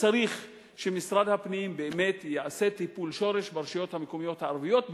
וצריך שמשרד הפנים באמת יעשה טיפול שורש ברשויות המקומיות הערביות,